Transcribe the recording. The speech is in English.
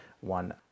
one